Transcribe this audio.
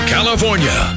California